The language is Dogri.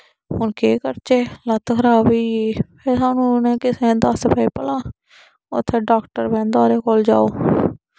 हुन केह् करचे लत्त खरब होई गेई फिर साहनू उनें किसे ने दस्स पाई भला उत्थे डाक्टर बौहंदा ओह्दे कोल जाओ